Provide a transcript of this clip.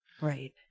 Right